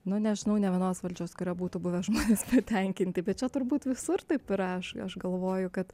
nu nežinau nė vienos valdžios kuria būtų buvę žmonės patenkinti bet čia turbūt visur taip yra aš galvoju kad